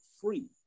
free